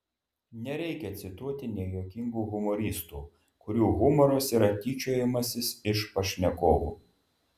nereikia cituoti nejuokingų humoristų kurių humoras yra tyčiojimasis iš pašnekovų